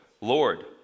Lord